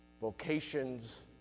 vocations